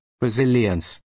resilience